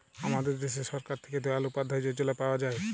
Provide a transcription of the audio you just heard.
আমাদের দ্যাশে সরকার থ্যাকে দয়াল উপাদ্ধায় যজলা পাওয়া যায়